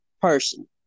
person